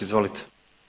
Izvolite.